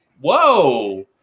whoa